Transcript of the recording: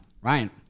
Ryan